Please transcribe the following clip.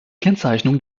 kennzeichnung